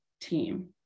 team